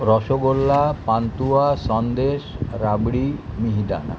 rasgulla pantua sandesh rabri মিহিদানা